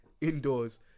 indoors